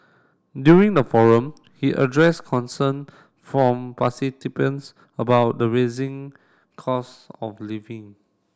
during the forum he address concern from about the raising cost of living